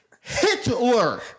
Hitler